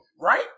right